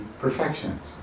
perfections